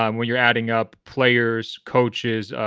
um when you're adding up players, coaches,